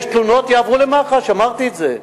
יש תלונות, יועברו למח"ש, אמרתי את זה.